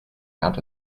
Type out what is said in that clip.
pound